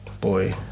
Boy